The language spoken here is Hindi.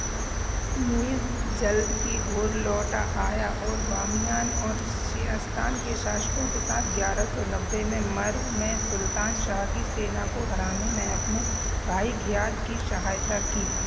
मुइद जल्द ही घर लौट आया और बामियान और शियास्तान के शासकों के साथ ग्यारह सौ नब्बे में मर्व में सुल्तान शाह की सेना को हराने में अपने भाई घियाथ की सहायता की